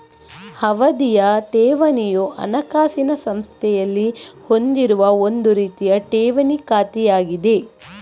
ಅವಧಿಯ ಠೇವಣಿಯು ಹಣಕಾಸಿನ ಸಂಸ್ಥೆಯಲ್ಲಿ ಹೊಂದಿರುವ ಒಂದು ರೀತಿಯ ಠೇವಣಿ ಖಾತೆಯಾಗಿದೆ